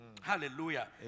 Hallelujah